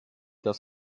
das